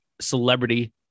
celebrity